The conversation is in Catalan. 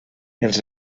els